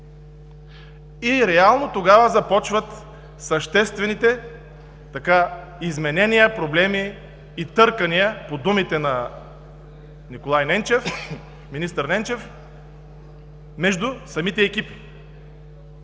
Реално тогава започват съществените изменения, проблеми и търкания – по думите на министър Николай Ненчев, между самите екипи.